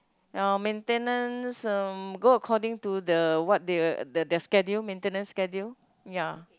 ya maintenance um go according to the what they the their schedule maintenance schedule